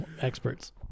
Experts